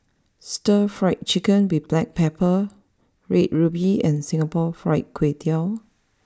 Stir Fried Chicken with Black Pepper Red ruby and Singapore Fried Kway Tiao